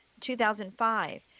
2005